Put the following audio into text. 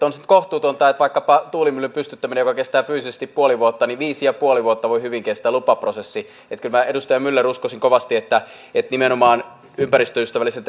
on kohtuutonta että vaikkapa tuulimyllyn pystyttämisessä joka kestää fyysisesti puoli vuotta viisi ja puoli vuotta voi hyvin kestää lupaprosessi kyllä minä edustaja myller uskoisin kovasti että että nimenomaan ympäristöystävällisen